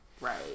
Right